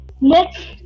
Next